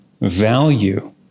value